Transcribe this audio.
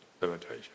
limitation